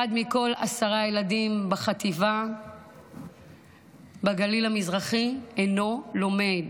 אחד מכל עשרה ילדים בחטיבה בגליל המזרחי אינו לומד,